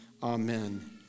Amen